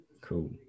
cool